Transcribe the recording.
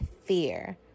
fear